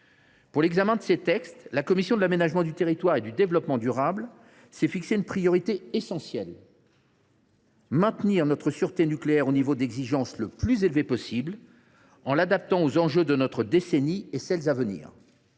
Pour l’examen de ces textes, la commission de l’aménagement du territoire et du développement durable s’est fixé une priorité essentielle : maintenir notre sûreté nucléaire au niveau d’exigence le plus élevé possible, tout en l’adaptant aux enjeux de la décennie actuelle et